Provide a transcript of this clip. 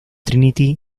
trinity